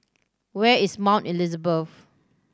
where is Mount Elizabeth